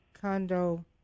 condo